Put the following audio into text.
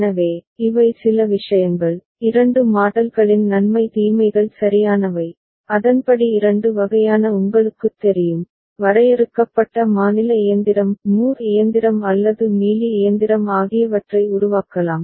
எனவே இவை சில விஷயங்கள் இரண்டு மாடல்களின் நன்மை தீமைகள் சரியானவை அதன்படி இரண்டு வகையான உங்களுக்குத் தெரியும் வரையறுக்கப்பட்ட மாநில இயந்திரம் மூர் இயந்திரம் அல்லது மீலி இயந்திரம் ஆகியவற்றை உருவாக்கலாம்